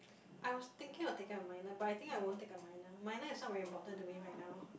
I was thinking of taking a minor but I think I won't take a minor minor is not very important to me right now